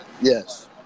Yes